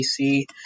PC